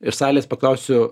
i salės paklausiu